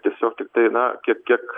tiesiog tiktai na kiek kiek